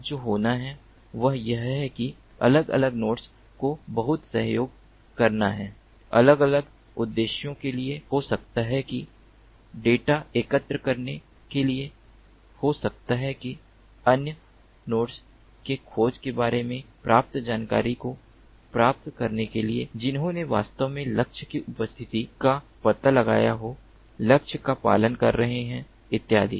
अब जो होना है वह यह है कि अलग अलग नोड्स को बहुत सहयोग करना है अलग अलग उद्देश्यों के लिए हो सकता है कि डेटा एकत्र करने के लिए हो सकता है कि अन्य नोड्स से खोज के बारे में प्राप्त जानकारी को प्राप्त करने के लिए जिन्होंने वास्तव में लक्ष्य की उपस्थिति का पता लगाया हो लक्ष्य का पालन कर रहे हैं इत्यादि